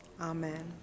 Amen